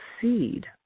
seed